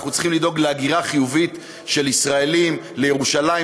אנחנו צריכים לדאוג להגירה חיובית של ישראלים לירושלים,